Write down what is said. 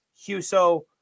Huso